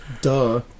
Duh